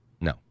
No